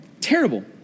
terrible